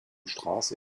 straße